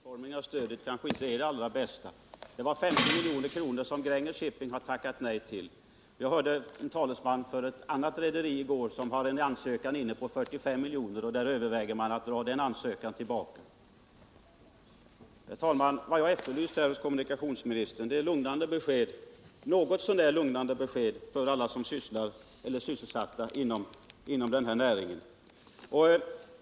Herr talman! Just detta sista tyder på att utformningen av stödet kanske inte är den allra bästa. Det var 50 milj.kr. som Gränges Shipping tackade nej till. Jag lyssnade i går till en talesman för ett annat rederi, som har en ansökan inne om 45 milj.kr., och man överväger att dra tillbaka den ansökan. Herr talman! Vad jag efterlyst från kommunikationsministern är ett något så när lugnande besked för alla som är sysselsatta inom den här näringen.